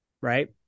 right